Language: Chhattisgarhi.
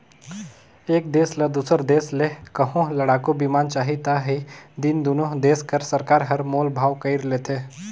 एक देस ल दूसर देस ले कहों लड़ाकू बिमान चाही ता ही दिन दुनो देस कर सरकार हर मोल भाव कइर लेथें